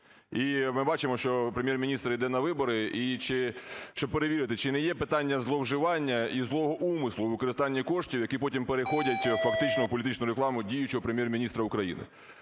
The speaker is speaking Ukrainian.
І ми бачимо, що Прем’єр-міністр іде на вибори, щоб перевірити, чи не є питання зловживання і злого умислу використання коштів, які потім переходять фактично в політичну рекламу діючого Прем’єр-міністра України.